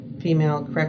female